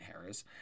Harris